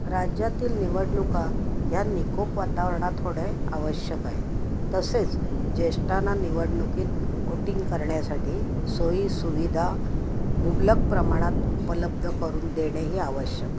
राज्यातील निवडणुका ह्या निकोप वातावरणात होणे आवश्यक आहे तसेच ज्येष्ठाना निवडणुकीत ओटिंग करण्यासाठी सोयीसुविधा मुबलक प्रमाणात उपलब्ध करून देणेही आवश्यक